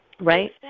right